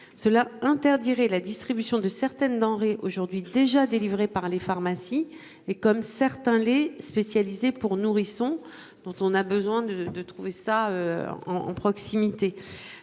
cela interdirait la distribution de certaines denrées aujourd'hui déjà délivrés par les pharmacies et comme certains les spécialisé pour nourrissons dont on a besoin de de trouver ça en en proximité